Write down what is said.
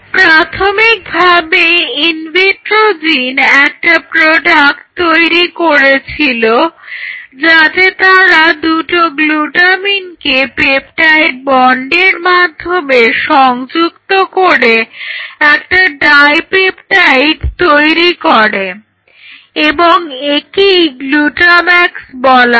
প্রাথমিকভাবে ইনভিট্রোজিন একটা প্রোডাক্ট গঠন করেছিল যাতে তারা দুটো গ্লুটামিনকে পেপটাইড বন্ডের মাধ্যমে সংযুক্ত করে একটা ডাই পেপটাইড তৈরি করে এবং একেই গ্লুটাম্যাক্স বলা হয়